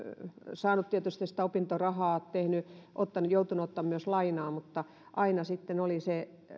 saanut tietysti sitä opintorahaa ja joutunut ottamaan myös lainaa mutta aina oli